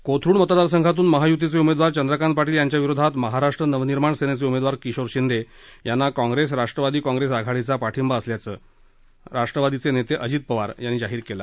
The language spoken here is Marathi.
कोथरुड मतदार संघातून महायुतीचे उमेदवार चंद्रकांत पाटील यांच्याविरोधात महाराष्ट्र नवनिर्माण सेनेचे उमेदवार किशोर शिंदे यांना काँग्रेस राष्ट्रवादी काँग्रेस आघाडीचा पाठिंबा असल्याचं राष्ट्रवादीचे नेते अजित पवार यांनी जाहीर केलं